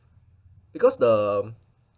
because the